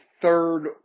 third